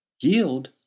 yield